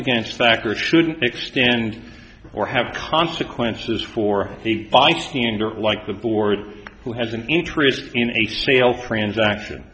against factors shouldn't extend or have consequences for a bystander like the board who has an interest in a sale transaction